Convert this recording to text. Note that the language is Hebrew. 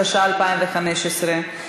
התשע"ה 2015,